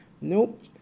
Nope